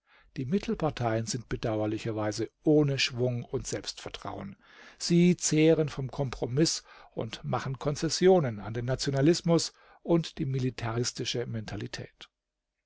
die mittelparteien sind bedauerlicherweise ohne schwung und selbstvertrauen sie zehren vom kompromiß und machen konzessionen an den nationalismus und die militaristische mentalität